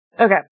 Okay